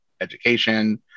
education